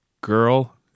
girl